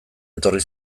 etorri